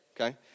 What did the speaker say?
Okay